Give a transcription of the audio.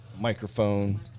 microphone